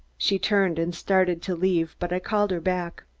she turned and started to leave, but i called her back.